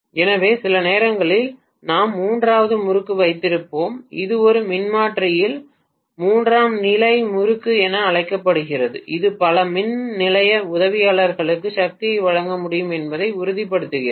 எனவே சில நேரங்களில் நாம் மூன்றாவது முறுக்கு வைத்திருப்போம் இது ஒரு மின்மாற்றியில் மூன்றாம் நிலை முறுக்கு என அழைக்கப்படுகிறது இது பல மின் நிலைய உதவியாளர்களுக்கு சக்தியை வழங்க முடியும் என்பதை உறுதிப்படுத்துகிறது